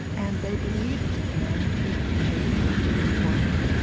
and they believed in equal pay for equal work.